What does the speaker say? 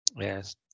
yes